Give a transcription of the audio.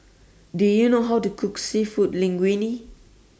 Do YOU know How to Cook Seafood Linguine